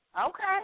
Okay